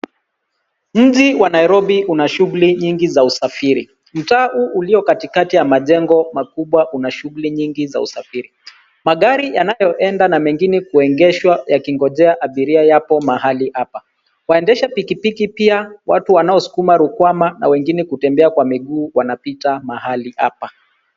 Mji wa Nairobi una shughuli nyingi za usafiri. Mtaa huu ulio katikati ya majengo makubwa una shughuli nyingi za usafiri. Magari yanayoenda na mengine kuegeshwa yakingojea abiria yapo mahali hapa. Waendesha pikipiki pia, watu wanaosukuma rukwama na wengine kutembea kwa miguu wanapita mahali hapa.